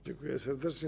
Dziękuję serdecznie.